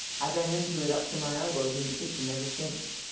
i been into it up to my elbows in the kitchen ever since.